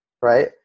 Right